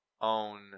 own